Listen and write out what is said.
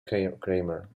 kramer